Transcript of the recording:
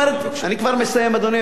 אני כבר מסיים, אדוני היושב-ראש.